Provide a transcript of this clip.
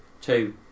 Two